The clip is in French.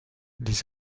les